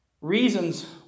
reasons